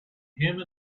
him